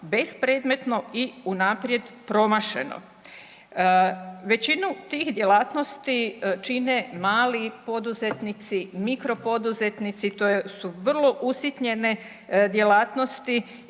bespredmetno i unaprijed promašeno. Većinu tih djelatnosti čine mali poduzetnici, mikro poduzetnici, to su vrlo usitnjene djelatnosti